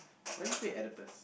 what do you say octopus